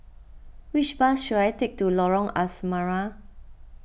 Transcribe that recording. which bus should I take to Lorong Asrama